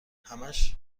همش